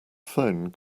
phone